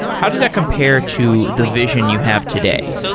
how does that compare to the vision you have today?